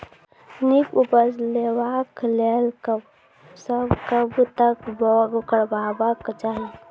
नीक उपज लेवाक लेल कबसअ कब तक बौग करबाक चाही?